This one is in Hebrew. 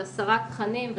על הסרת תכנים,